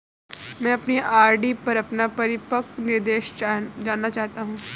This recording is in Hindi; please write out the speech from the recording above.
मैं अपनी आर.डी पर अपना परिपक्वता निर्देश जानना चाहता हूँ